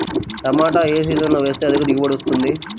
టమాటా ఏ సీజన్లో వేస్తే అధిక దిగుబడి వస్తుంది?